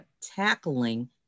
tackling